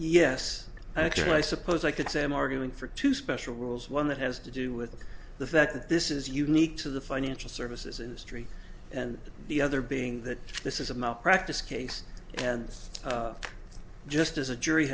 yes actually i suppose i could say i'm arguing for two special rules one that has to do with the fact that this is unique to the financial services industry and the other being that this is a malpractise case and just as a jury